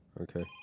Okay